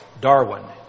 Darwin